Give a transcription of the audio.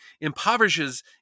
impoverishes